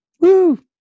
Woo